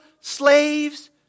slaves